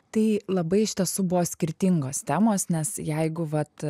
tai labai iš tiesų buvo skirtingos temos nes jeigu vat